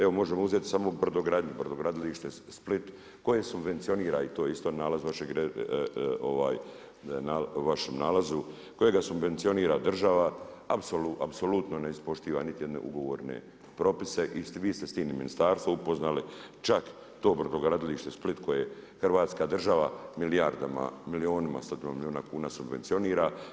Evo možemo uzeti samo brodogradnju, brodogradilište Split koje subvencionira i to je isto nalaz vašeg, u vašem nalazu, kojega subvencionira država, apsolutno ne ispoštiva niti jedne ugovorne propise i vi se s tim ministarstvo upoznali, čak i to brodogradilište Split koje je hrvatska država milijardama, milijunima, stotina milijuna kuna subvencionira.